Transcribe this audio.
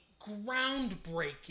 groundbreaking